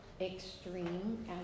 extreme